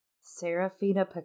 Serafina